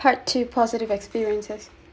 part two positive experiences